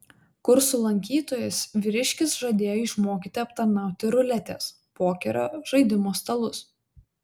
kursų lankytojus vyriškis žadėjo išmokyti aptarnauti ruletės pokerio žaidimo stalus